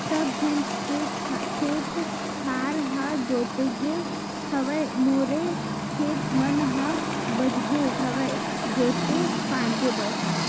सब झन के खेत खार ह जोतागे हवय मोरे खेत मन ह बचगे हवय जोते फांदे बर